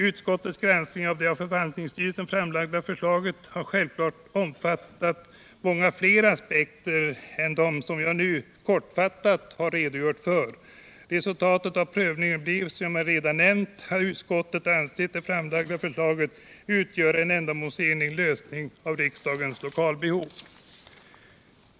Utskottets granskning av det av förvaltningsstyrelsen framlagda förslaget har självfallet omfattat många fler aspekter än dem som jag nu kortfattat redogjort för. Resultatet av prövningen blev, som jag redan nämnt, att utskottet ansett det framlagda förslaget utgöra en ändamålsenlig lösning av riksdagens lokalbehov.